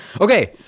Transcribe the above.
Okay